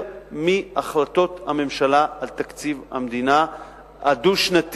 מהחלטות הממשלה על תקציב המדינה הדו-שנתי.